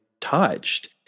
touched